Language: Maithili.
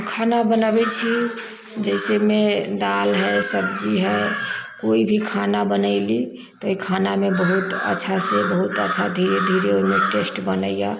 खाना बनबै छी जैसे मे दाल हइ सब्जी हइ कोइ भी खाना बनैली तऽ ओहि खानामे बहुत अच्छासँ बहुत अच्छा धीरे धीरे ओहिमे टेस्ट बनैए